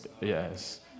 yes